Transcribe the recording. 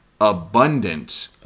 abundant